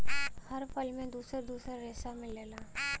हर फल में दुसर दुसर रेसा मिलेला